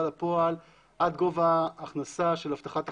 לפועל עד גובה הכנסה של הבטחת הכנסה,